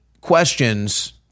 questions